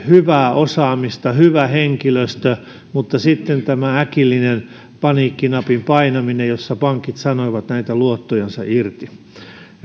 hyvää osaamista hyvä henkilöstö mutta sitten tuli äkillinen paniikkinapin painaminen jossa pankit sanoivat luottojansa irti ja